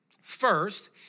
First